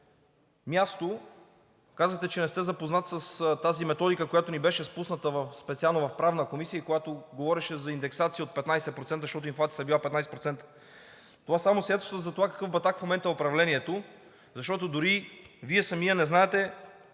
място, казвате, че не сте запознат с тази методика, която ни беше спусната специално в Правна комисия и която говореше за индексация от 15%, защото инфлацията била 15%. Това само е свидетелство за това какъв батак в момента е управлението, защото дори Вие самият не знаете